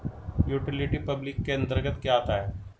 Utility public के अंतर्गत क्या आता है?